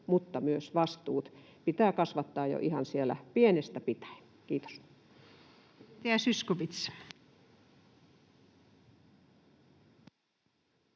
mutta myös vastuut pitää kasvattaa jo ihan pienestä pitäen. — Kiitos.